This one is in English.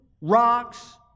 rocks